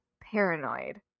paranoid